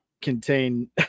contain